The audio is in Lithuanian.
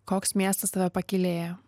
koks miestas tave pakylėjo